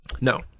No